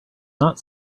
not